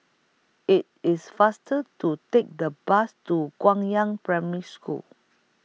IT IS faster to Take The Bus to Gong Yang Primary School